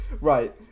Right